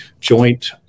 joint